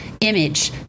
image